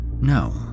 No